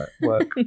work